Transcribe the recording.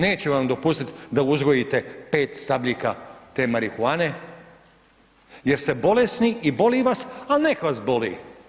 Neću vam dopustiti da uzgojite 5 stabljika marihuane, jer ste bolesni i boli vas, ali nek vas boli.